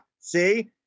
See